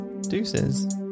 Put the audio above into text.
deuces